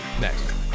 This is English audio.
next